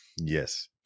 yes